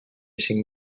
cinc